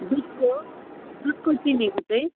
दुधको दुधको चिनीको चाहिँ